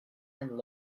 and